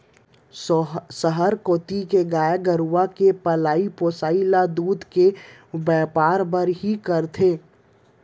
सहर कोती गाय गरू के पलई पोसई ल दूद के बैपार बर ही करथे